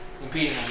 competing